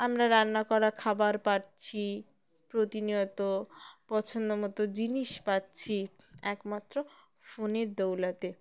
আমরা রান্না করা খাবার পাচ্ছি প্রতিনিয়ত পছন্দমতো জিনিস পাচ্ছি একমাত্র ফোনের দৌলতে